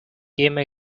came